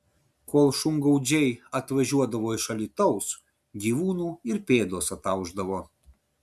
kol šungaudžiai atvažiuodavo iš alytaus gyvūnų ir pėdos ataušdavo